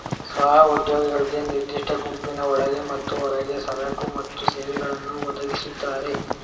ಸ್ವ ಉದ್ಯೋಗಿಗಳು ನಿರ್ದಿಷ್ಟ ಗುಂಪಿನ ಒಳಗೆ ಮತ್ತು ಹೊರಗೆ ಸರಕು ಮತ್ತು ಸೇವೆಗಳನ್ನು ಒದಗಿಸ್ತಾರೆ